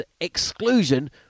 exclusion